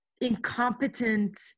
incompetent